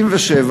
1997